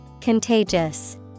Contagious